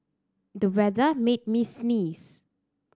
the weather made me sneeze